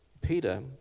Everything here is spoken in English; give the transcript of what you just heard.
Peter